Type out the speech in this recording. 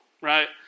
right